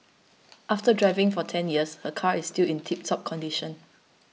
after driving for ten years her car is still in tiptop condition